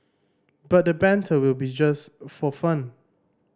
but the banter will be just for fun